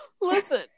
listen